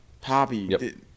Poppy